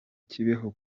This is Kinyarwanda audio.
kibeho